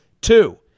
Two